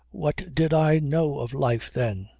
what did i know of life then?